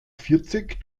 vierzig